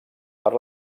per